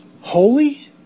holy